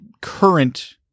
current